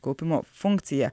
kaupimo funkciją